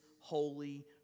holy